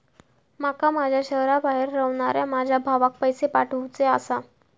माका माझ्या शहराबाहेर रव्हनाऱ्या माझ्या भावाक पैसे पाठवुचे आसा